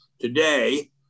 today